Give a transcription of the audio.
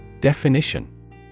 Definition